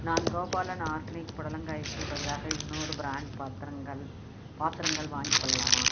நான் கோபாலன் ஆர்கானிக் புடலங்காய்க்கு பதிலாக இன்னொரு பிராண்ட் பாத்திரங்கள் பாத்திரங்கள் வாங்கிக் கொள்ளலாமா